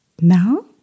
Now